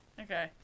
Okay